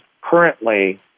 currently